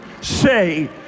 Say